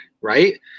right